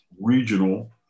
regional